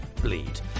bleed